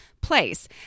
place